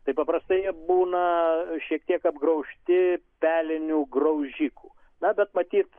tai paprastai jie būna šiek tiek apgraužti pelinių graužikų na bet matyt